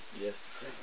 yes